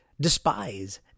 Despise